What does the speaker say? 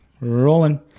rolling